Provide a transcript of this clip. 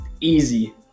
Easy